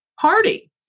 party